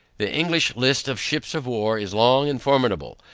the english list of ships of war, is long and formidable,